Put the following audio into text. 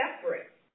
separate